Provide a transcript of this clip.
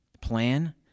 plan